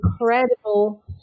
incredible